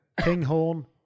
Kinghorn